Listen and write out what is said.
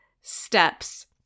steps